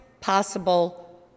possible